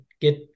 Get